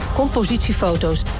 compositiefoto's